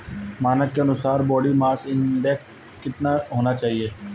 मानक के अनुसार बॉडी मास इंडेक्स कितना होना चाहिए?